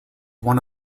one